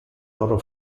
loro